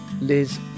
liz